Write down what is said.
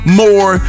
more